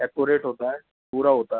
accurate होता है पूरा होता है